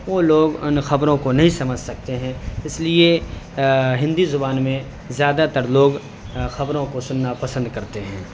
وہ لوگ ان خبروں کو نہیں سمجھ سکتے ہیں اس لیے ہندی زبان میں زیادہ تر لوگ خبروں کو سننا پسند کرتے ہیں